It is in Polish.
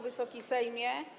Wysoki Sejmie!